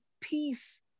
peace